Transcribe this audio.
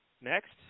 Next